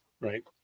right